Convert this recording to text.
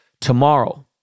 tomorrow